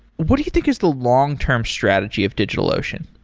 what do you think is the long term strategy of digitalocean?